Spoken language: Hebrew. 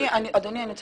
אם יש